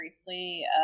briefly